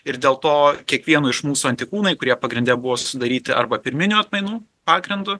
ir dėl to kiekvieno iš mūsų antikūnai kurie pagrinde buvo sudaryti arba pirminių atmainų pagrindu